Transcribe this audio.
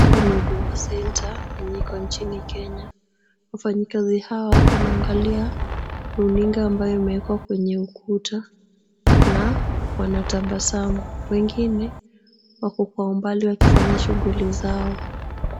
Hapa ni Huduma Centre yenye iko nchini Kenya. Wafanyikazi hawa wanaangalia runinga ambayo imewekwa kwenye ukuta, na wanatabasamu, wengine wako kwa umbali wakifanya shughuli zao.